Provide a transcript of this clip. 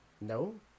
No